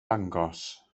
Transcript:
dangos